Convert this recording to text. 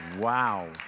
Wow